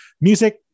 music